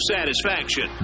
Satisfaction